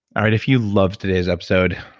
all right. if you loved today's episode,